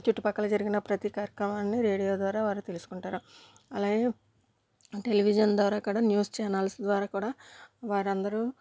చుట్టు పక్కల జరిగిన ప్రతీ కారక్రమాన్ని రేడియో ద్వారా వారు తెలుసుకుంటారు అలాగే టెలివిజన్ ద్వారా కూడా న్యూస్ చానెల్స్ ద్వారా కూడా వారు అందరు